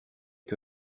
que